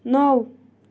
نَو